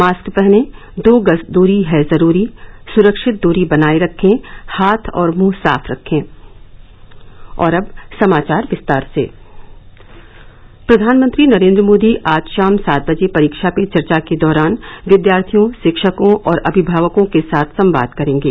mask पहनें दो गज दूरी है जरूरी सुरक्षित दूरी बनाये रखें हाथ और मुंह साफ रखें प्रधानमंत्री नरेन्द्र मोदी आज शाम सात बजे परीक्षा पे चर्चा के दौरान विद्यार्थियों शिक्षकों और अभिभावकों के साथ संवाद करेंगे